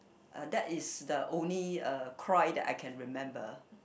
uh that is the only uh cry that I can remember